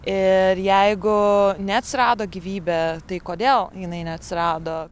ir jeigu neatsirado gyvybė tai kodėl jinai neatsirado